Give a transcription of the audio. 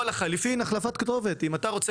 או לחלופין החלפת כתובת: אם אתה רוצה